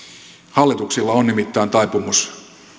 hallituksilla on nimittäin taipumus